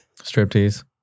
Striptease